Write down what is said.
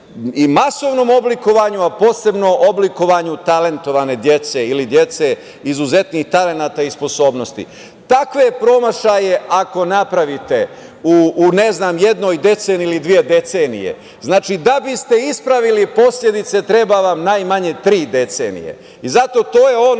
i masovnom oblikovanju a posebno oblikovanju talentovane dece ili dece izuzetnih talenata i sposobnosti, takve promašaje ako napravite u jednoj ili dve decenije, da biste ispravili posledice treba vam najmanje tri decenije. Zato je to ono